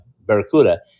Barracuda